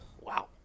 Wow